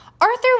Arthur